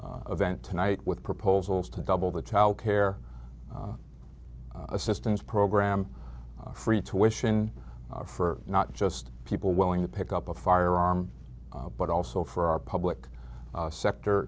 this event tonight with proposals to double the child care assistance program free to wishin for not just people willing to pick up a firearm but also for our public sector